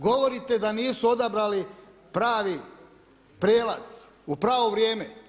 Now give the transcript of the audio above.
Govorite da nisu odabrali pravi prijelaz, u pravo vrijeme.